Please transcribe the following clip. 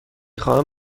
خواهم